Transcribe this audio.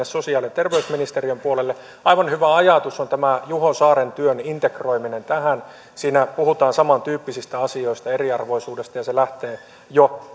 sosiaali ja terveysministeriön puolelle aivan hyvä ajatus on juho saaren työn integroiminen tähän siinä puhutaan samantyyppisistä asioista eriarvoisuudesta ja se lähtee jo